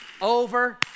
over